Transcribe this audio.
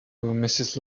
mrs